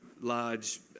large